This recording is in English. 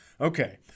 okay